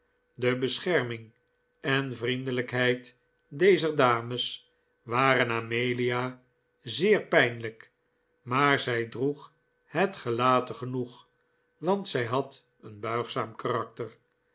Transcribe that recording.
de bescherming en vriendelijkheid dezer dames waren amelia zeer pijnlijk maar zij droeg het gelaten genoeg want zij had een buigzaam karakter